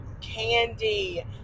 Candy